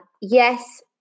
yes